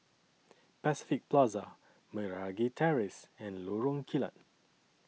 Pacific Plaza Meragi Terrace and Lorong Kilat